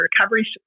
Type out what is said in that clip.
recovery